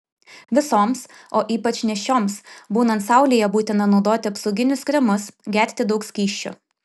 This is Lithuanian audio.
visoms o ypač nėščioms būnant saulėje būtina naudoti apsauginius kremus gerti daug skysčių